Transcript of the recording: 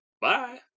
Bye